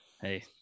Hey